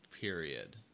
period